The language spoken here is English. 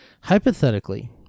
Hypothetically